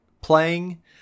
playing